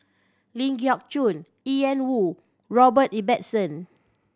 Ling Geok Choon Ian Woo Robert Ibbetson